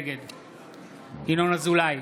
נגד ינון אזולאי,